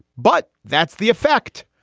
but that's the effect.